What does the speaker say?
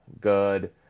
good